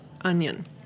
onion